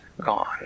gone